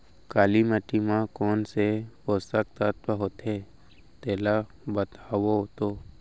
काली माटी म कोन से पोसक तत्व होथे तेला बताओ तो?